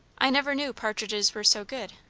i never knew partridges were so good,